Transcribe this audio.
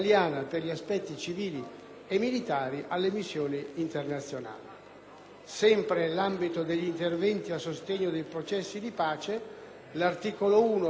Sempre nell'ambito degli interventi a sostegno dei processi di pace, l'articolo 1 del decreto-legge dispone lo stanziamento di circa 10 milioni di euro